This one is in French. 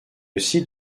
aussi